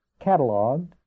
cataloged